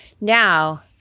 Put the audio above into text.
Now